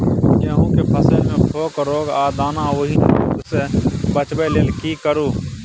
गेहूं के फसल मे फोक रोग आ दाना विहीन रोग सॅ बचबय लेल की करू?